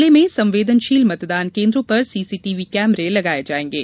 जिले में संवेदनशील मतदान केंद्रों पर सीसीटीवी कैमरे लगाए जाएंगे